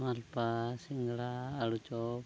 ᱢᱟᱞᱯᱩᱣᱟ ᱥᱤᱸᱜᱟᱹᱲᱟ ᱟᱹᱞᱩ ᱪᱚᱯ